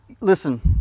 Listen